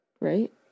right